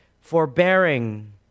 forbearing